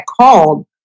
called